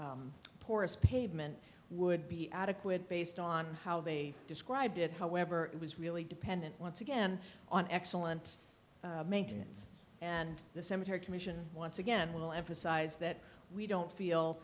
poorest pavement would be adequate based on how they described it however it was really dependent once again on excellent maintenance and the cemetery commission once again will emphasize that we don't feel